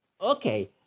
okay